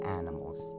animals